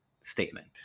statement